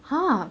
!huh!